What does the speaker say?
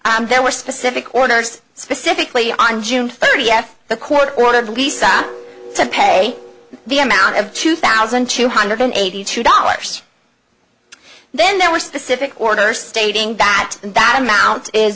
i'm there were specific orders specifically on june thirtieth the court ordered resigned to pay the amount of two thousand two hundred eighty two dollars then there were specific orders stating that that amount is